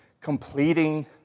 completing